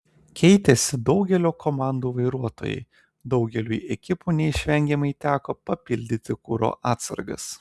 keitėsi daugelio komandų vairuotojai daugeliui ekipų neišvengiamai teko papildyti kuro atsargas